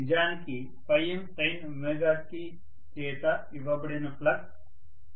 నిజానికి ఇది msint చేత ఇవ్వబడిన ఫ్లక్స్